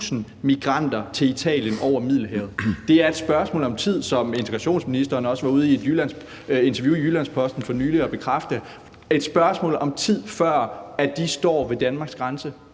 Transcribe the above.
migranter til Italien over Middelhavet. Det er et spørgsmål om tid, hvilket udlændinge- og integrationsministeren også var ude i et interview i Jyllands-Posten for nylig og bekræfte, før de står ved Danmarks grænse.